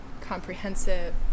comprehensive